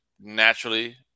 naturally